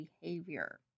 behavior